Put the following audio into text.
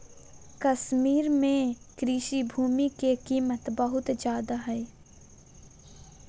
कश्मीर में कृषि भूमि के कीमत बहुत ज्यादा हइ